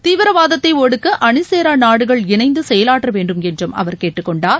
தீவிரவாதத்தை ஒடுக்க அணிசேரா நாடுகள் இணைந்து செயலாற்ற வேண்டும் என்று அவர் கேட்டுக்கொண்டார்